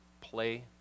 play